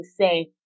say